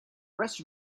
rest